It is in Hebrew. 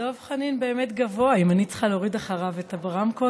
דב חנין באמת גבוה אם אני צריכה להוריד אחריו את הרמקול.